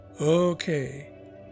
Okay